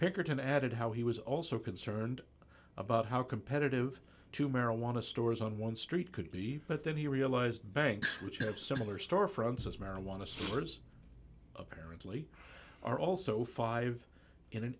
pinkerton added how he was also concerned about how competitive two marijuana stores on one street could be but then he realized banks which have similar store fronts as marijuana stores apparently are also five in